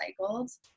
recycled